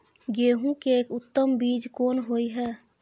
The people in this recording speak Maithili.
गेहूं के उत्तम बीज कोन होय है?